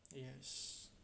yes